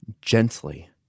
gently